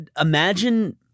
imagine